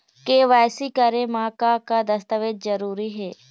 KYC करे म का का दस्तावेज जरूरी हे?